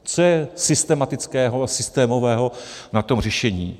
Co je systematického a systémového na tom řešení?